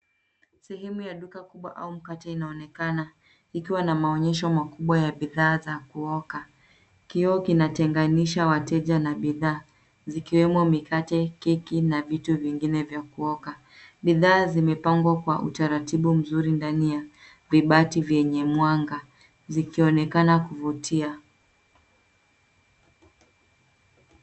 Sehemu ya duka kubwa au mkate inaonekana ikiwa na maonyesho makubwa ya bidhaa za kuoka. Kioo kinatenganisha wateja na bidhaa zikiwemo mikate, keki na vitu vingine vya kuoka. Bidhaa zimepangwa kwa utaratibu mzuri ndani ya kuibati vyenye mwanga zikionekana kuvutia.